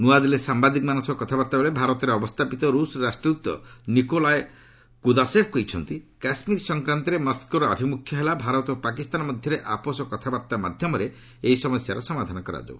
ନୂଆଦିଲ୍ଲୀରେ ସାମ୍ବାଦିକମାନଙ୍କ ସହ କଥାବାର୍ତ୍ତା ବେଳେ ଭାରତରେ ଅବସ୍ଥାପିତ ରୁଷ ରାଷ୍ଟ୍ରଦତ ନିକୋଲାୟ କୁଦାସେଭ୍ କହିଛନ୍ତି କାଶ୍କୀର ସଂକ୍ରାନ୍ତରେ ମସ୍କୋର ଆଭିମୁଖ୍ୟ ହେଲା ଭାରତ ଓ ପାକିସ୍ତାନ ମଧ୍ୟରେ ଆପୋଷ କଥାବାର୍ତ୍ତା ମାଧ୍ୟମରେ ଏହି ସମସ୍ୟାର ସମାଧାନ କରାଯାଉ